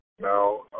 now